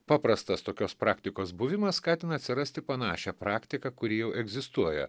paprastas tokios praktikos buvimas skatina atsirasti panašią praktiką kuri jau egzistuoja